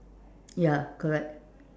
ya correct